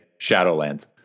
Shadowlands